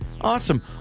Awesome